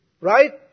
Right